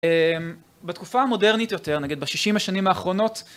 בתקופה המודרנית יותר, נגיד בשישים השנים האחרונות.